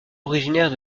originaire